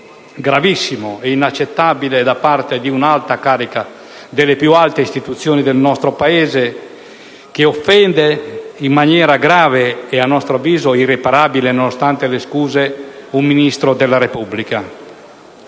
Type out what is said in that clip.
gravissimo e inaccettabile di un'alta carica appartenente ad una delle più alte istituzioni del nostro Paese, che ha offeso in maniera grave - e a nostro avviso irreparabile, nonostante le scuse - un Ministro della Repubblica.